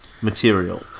material